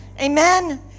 Amen